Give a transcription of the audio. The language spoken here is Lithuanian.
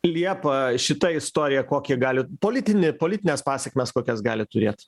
liepa šita istorija kokį gali politinį politines pasekmes kokias gali turėt